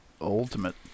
ultimate